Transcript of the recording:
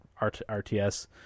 RTS